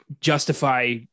justify